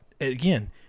again